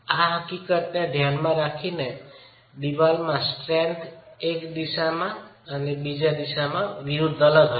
એ હકીકતને ધ્યાનમાં રાખીએ કે ચણતરમાં સ્ટ્રેન્થ એક દિશામાં બીજી દિશા વિરુદ્ધ અલગ હશે